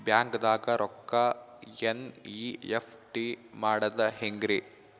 ಬ್ಯಾಂಕ್ದಾಗ ರೊಕ್ಕ ಎನ್.ಇ.ಎಫ್.ಟಿ ಮಾಡದ ಹೆಂಗ್ರಿ?